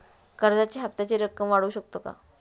कर्जाच्या हप्त्याची रक्कम वाढवू शकतो का?